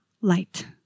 light